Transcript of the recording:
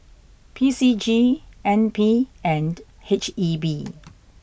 P C G N P and H E B